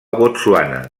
botswana